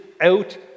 out